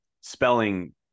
spelling